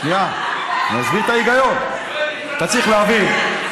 אתה צריך להבין,